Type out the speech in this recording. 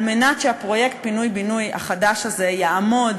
כדי שהפרויקט פינוי-בינוי החדש הזה יעמוד